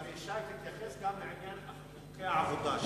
מר ישי, תתייחס גם לעניין חוקי העבודה.